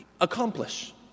accomplish